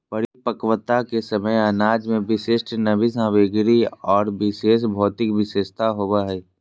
परिपक्वता के समय अनाज में विशिष्ट नमी सामग्री आर विशेष भौतिक विशेषता होबो हइ